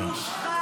לא.